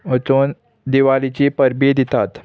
वचून दिवालीची परबी दितात